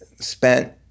spent